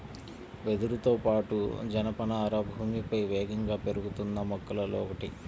వెదురుతో పాటు, జనపనార భూమిపై వేగంగా పెరుగుతున్న మొక్కలలో ఒకటి